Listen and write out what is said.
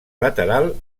lateral